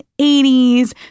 80s